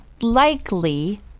likely